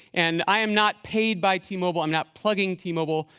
and i am not paid by t-mobile. i'm not plugging t-mobile.